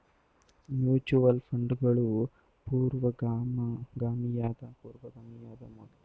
mutual ಫಂಡ್ಗಳು ಪೂರ್ವಗಾಮಿಯಾದ ಮೊದ್ಲ ಆಧುನಿಕ ಹೂಡಿಕೆ ನಿಧಿಗಳನ್ನ ಡಚ್ ಗಣರಾಜ್ಯದಲ್ಲಿ ಸ್ಥಾಪಿಸಿದ್ದ್ರು